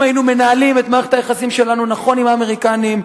היינו מנהלים את מערכת היחסים שלנו נכון עם האמריקנים,